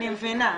אני מבינה.